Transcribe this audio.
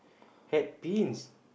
hat pins